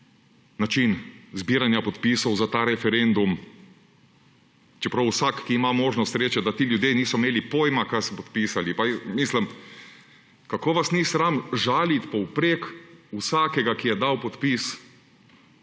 način zbiranja podpisov za ta referendum, čeprav vsak, ki ima možnost, reče, da ti ljudje niso imeli pojma, kaj so podpisali. Pa, mislim, kako vas ni sram žaliti povprek vsakega, ki je dal podpis?